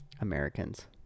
Americans